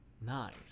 Nice